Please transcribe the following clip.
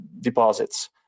deposits